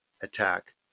attack